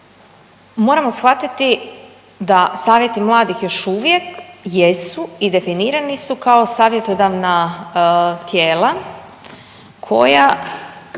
Moramo shvatiti da savjeti mladih još uvijek jesu i definirani su kao savjetodavna tijela koja